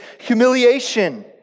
humiliation